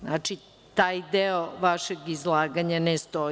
Znači, taj deo vašeg izlaganja ne stoji.